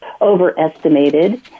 overestimated